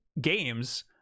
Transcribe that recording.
games